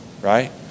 right